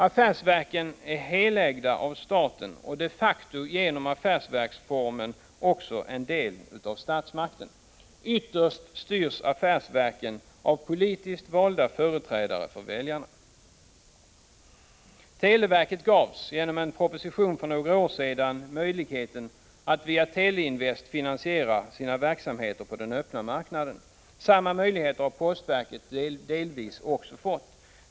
Affärsverken är helägda av staten och de facto genom affärsverksformen också en del av statsmakten. Ytterst drivs affärsverken av politiskt valda företrädare för väljarna. Televerket gavs för några år sedan, genom beslut som hade föranletts av en proposition, möjlighet att via Teleinvest finansiera sina verksamheter på den öppna marknaden. Samma möjligheter har postverket delvis också fått.